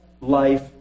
life